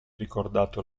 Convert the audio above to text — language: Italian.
ricordato